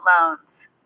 loans